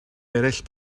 eraill